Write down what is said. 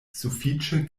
sufiĉe